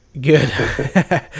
Good